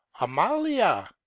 amalia